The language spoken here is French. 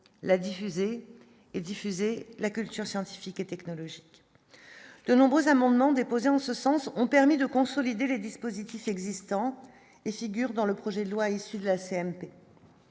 la diffuser et diffuser la culture scientifique et technologique de nombreux amendements déposés en ce sens ont permis de consolider les dispositifs existants et figure dans le projet de loi issu de la CMP